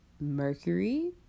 Mercury